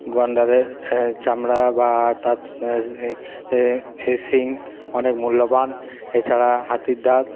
গণ্ডারের চামড়া বা এ শিং অনেক মূল্যবান এছাড়া হাতির দাঁত